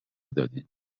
دادید